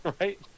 right